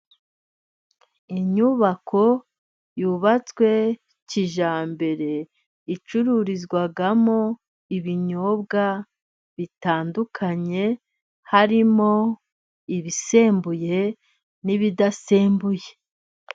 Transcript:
Inyubako yubatswe kijyambere icururizwamo ibinyobwa bitandukanye. Harimo ibisembuye n'ibidasembuye.